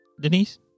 Denise